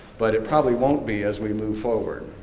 but it probably won't be, as we move forward.